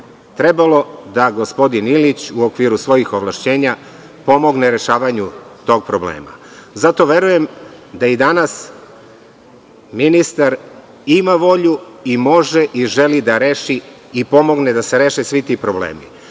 trebalo da gospodin Ilić u okviru svojih ovlašćenja pomogne rešavanju tog problema. Zato verujem da i danas ministar ima volju, može i želi da pomogne da se reše svi ti problemi. Problem